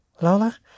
Lola